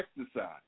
exercise